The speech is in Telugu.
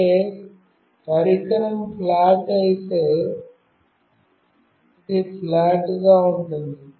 అంటే పరికరం ఫ్లాట్ అయితే అది ఫ్లాట్ గా ఉంటుంది